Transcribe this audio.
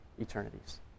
eternities